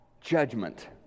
judgment